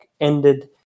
ended